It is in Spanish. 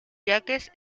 jacques